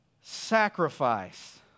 sacrifice